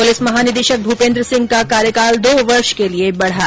police महानिदेशक भूपेन्द्र सिंह का कार्यकाल दो वर्ष के लिए बढ़ा